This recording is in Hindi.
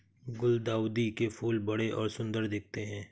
गुलदाउदी के फूल बड़े और सुंदर दिखते है